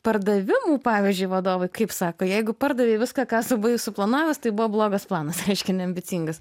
pardavimų pavyzdžiui vadovai kaip sako jeigu pardavei viską ką buvai suplanavęs tai buvo blogas planas reiškia neambicingas